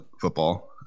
football